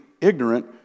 ignorant